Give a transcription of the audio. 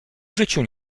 życiu